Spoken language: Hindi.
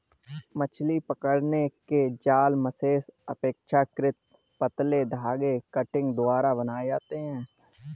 मछली पकड़ने के जाल मेशेस अपेक्षाकृत पतले धागे कंटिंग द्वारा बनाये जाते है